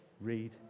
read